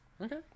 okay